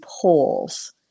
polls